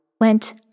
went